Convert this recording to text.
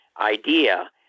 IDEA